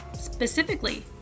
Specifically